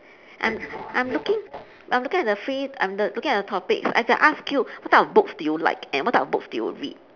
I'm I'm looking I'm looking at the free I'm l~ looking at the topic I can ask you what type of books do you like and what type of books do you read